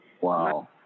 Wow